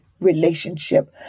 relationship